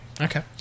Okay